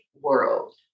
world